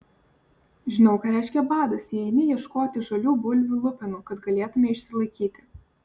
žinau ką reiškia badas jei eini ieškoti žalių bulvių lupenų kad galėtumei išsilaikyti